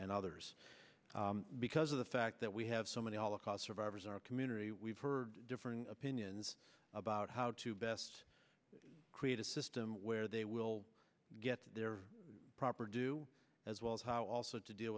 others because of the fact that we have so many all across survivors our community we've heard different opinions about how to best create a system where they will get their proper do as well as also to deal